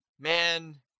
Man